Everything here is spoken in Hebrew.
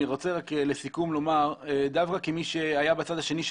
אני רוצה לומר לסיכום דווקא כמי שהיה בצד השני של